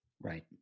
Right